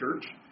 church